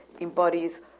embodies